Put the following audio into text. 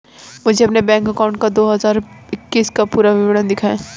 मुझे अपने bank account का दो हज़ार इक्कीस का पूरा विवरण दिखाएँ?